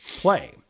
play